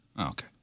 Okay